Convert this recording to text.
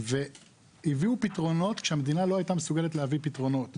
והביאו פתרונות כשהמדינה לא הייתה מסוגלת להביא פתרונות.